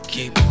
Keep